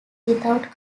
without